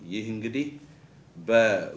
you can get it but